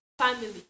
family